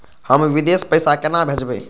हम विदेश पैसा केना भेजबे?